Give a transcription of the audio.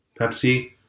Pepsi